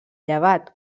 llevat